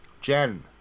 jen